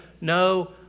no